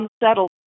unsettled